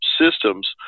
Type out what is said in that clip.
systems